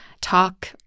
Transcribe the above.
talk